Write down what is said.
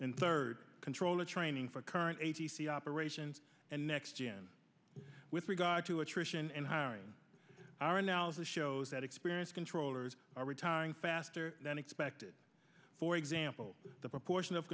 and third controller training for current a t c operations and next general with regard to attrition and hiring our analysis shows that experience controllers are retiring faster than expected for example the proportion of